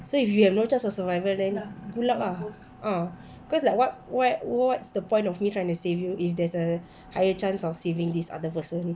so if you have no chance of survivor then good luck ah ah cause like what what what's the point of me trying to save you if there's a higher chance of saving this other person